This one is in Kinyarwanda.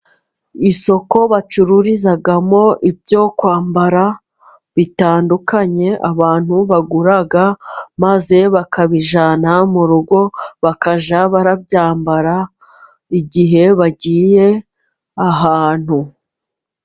Isoko bacururizamo ibyo kwambara bitandukanye abantu bagura, maze bakabijyana mu rugo bakajya babyambara igihe bagiye ahantu.